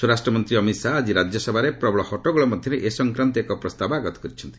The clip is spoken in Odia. ସ୍ୱରାଷ୍ଟ୍ର ମନ୍ତ୍ରୀ ଅମିତ୍ ଶାହା ଆଜି ରାଜ୍ୟସଭାରେ ପ୍ରବଳ ହଟ୍ଟଗୋଳ ମଧ୍ୟରେ ଏ ସଂକ୍ରାନ୍ତ ଏକ ପ୍ରସ୍ତାବ ଆଗତ କରିଛନ୍ତି